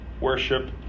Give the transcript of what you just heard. worship